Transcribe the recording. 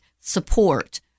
support